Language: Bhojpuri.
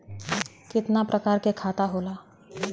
कितना प्रकार के खाता होला?